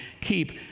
Keep